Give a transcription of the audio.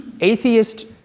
atheist